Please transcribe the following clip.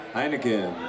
Heineken